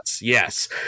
Yes